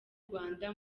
rwanda